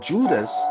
Judas